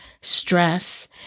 stress